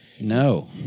No